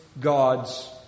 God's